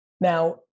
Now